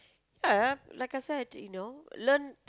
yeah like I said you know learn